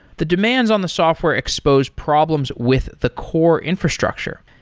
the demands on the software exposed problems with the core infrastructure.